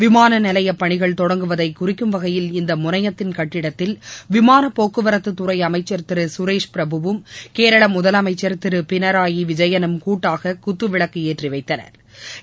விமானநிலைய பணிகள் தொடங்குவதை குறிக்கும் வகையில் இந்த முனையத்தின் கட்டிடத்தில் விமான போக்குவரத்து துறை அமைச்சள் திரு குரேஷ் பிரபுவும் கேரள முதலமைச்சள் திரு பினராயி விஜயனும் கூட்டாக குத்துவிளக்கு ஏற்றி வைத்தனா்